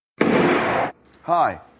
Hi